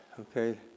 okay